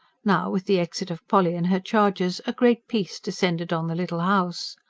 now, with the exit of polly and her charges, a great peace descended on the little house.